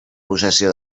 possessió